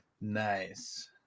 Nice